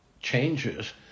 changes